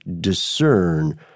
discern